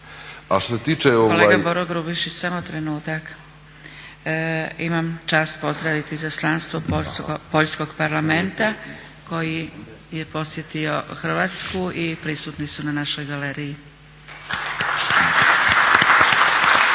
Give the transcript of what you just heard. (SDP)** Kolega Boro Grubišić, samo trenutak. Imam čast pozdraviti Izaslanstvo Poljskog parlamenta koji je posjetio Hrvatsku i prisutni su na našoj galeriji.